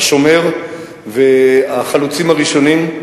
"השומר" והחלוצים הראשונים,